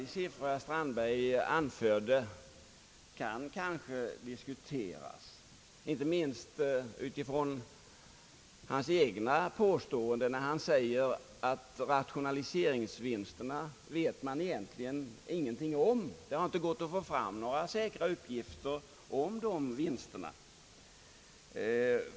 De siffror som herr Strandberg anförde kan nog diskuteras, inte minst mot bakgrund av hans egna påståenden, t.ex. att man egentligen inte vet någonting om rationaliseringsvinsterna. Det har inte gått att få fram några säkra uppgifter om dessa vinster, säger herr Strandberg.